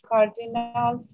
Cardinal